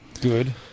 Good